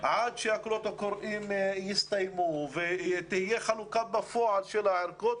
עד שהקולות הקוראים יסתיימו ותהיה חלוקה בפועל של הערכות,